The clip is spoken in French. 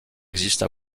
existe